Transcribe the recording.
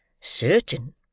Certain